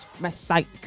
mistake